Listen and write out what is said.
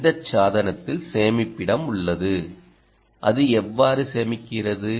இந்தச் சாதனத்தில் சேமிப்பிடம் உள்ளது அது எவ்வாறு சேமிக்கிறது